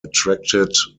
attracted